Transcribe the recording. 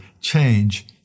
change